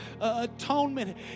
atonement